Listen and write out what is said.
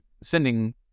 sending